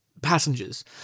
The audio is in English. passengers